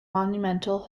monumental